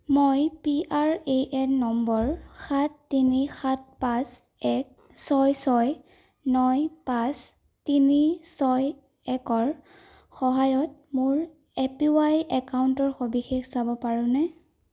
মই P R A N number সাত তিনি সাত পাঁচ এক ছয় ছয় ন পাঁচ তিনি ছয় একৰ সহায়ত মোৰ এ পি ৱাই একাউণ্টৰ সবিশেষ চাব পাৰোনে